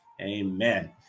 Amen